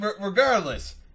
regardless